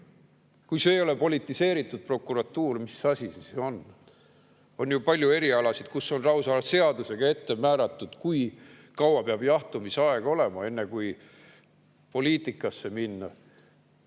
Kui see ei ole politiseeritud prokuratuur, mis asi see siis on? On ju palju erialasid, kus on lausa seadusega ette määratud, kui kaua peab jahtumise aeg olema, enne kui poliitikasse minna.